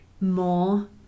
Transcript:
more